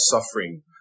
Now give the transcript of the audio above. suffering